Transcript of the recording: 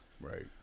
Right